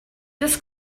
this